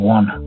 one